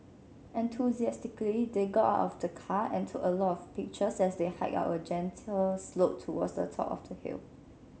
enthusiastically they got out of the car and took a lot of pictures as they hiked up a gentle slope towards the top of the hill